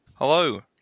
Hello